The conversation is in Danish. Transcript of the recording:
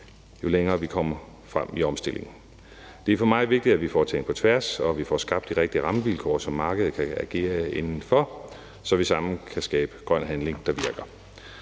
jo længere vi kommer frem i omstillingen. Det er for mig vigtigt, at vi får tænkt på tværs, og at vi får skabt de rigtige rammevilkår, som markedet kan agere inden for, så vi sammen kan skabe grøn handling, der virker.